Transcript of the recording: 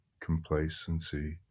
complacency